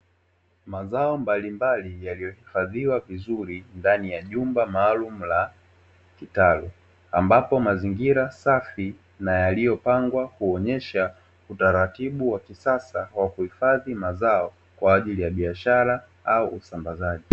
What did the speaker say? Mazao mbalimbali yaliyohifadhiwa vizuri ndani ya jumba maalumu la kitalu, ambapo mazingira safi na yaliyopangwa kuonyesha utaratibu wa kisasa wa kuhifadhi mazao kwa ajili ya biashara au usambazaji.